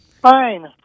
Fine